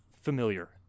familiar